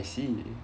I see